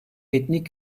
etnik